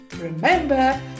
Remember